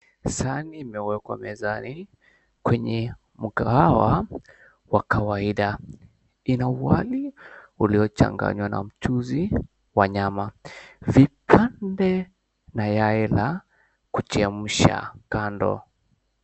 Sahani imewekwa mezani, kwenye mkahawa wa kawaida, ina wali uliochanganywa na mchuzi wa nyama, vipande na yai la kuchemsha kando.